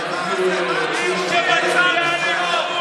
תתביישו לכם.